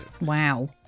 Wow